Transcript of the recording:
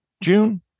June